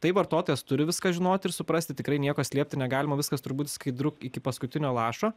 tai vartotojas turi viską žinoti ir suprasti tikrai nieko slėpti negalima viskas turi būt skaidru iki paskutinio lašo